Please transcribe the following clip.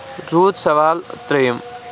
روٗد سَوال ترٛیُم